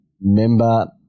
member